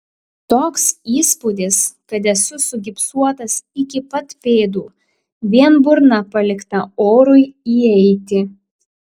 toks įspūdis kad esu sugipsuotas iki pat pėdų vien burna palikta orui įeiti